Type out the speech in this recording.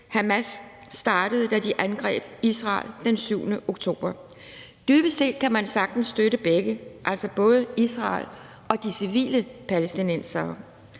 Hamas startede, da de angreb Israel den 7. oktober. Dybest set kan man sagtens støtte begge, altså både Israel og de civile palæstinensere,